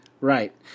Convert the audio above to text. right